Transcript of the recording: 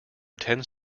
tends